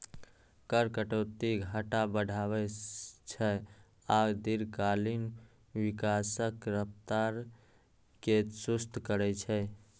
कर कटौती घाटा बढ़ाबै छै आ दीर्घकालीन विकासक रफ्तार कें सुस्त करै छै